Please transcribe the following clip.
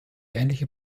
ähnliche